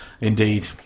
indeed